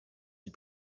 die